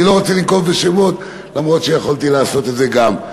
אני לא רוצה לנקוב בשמות אפילו שיכולתי לעשות גם את זה.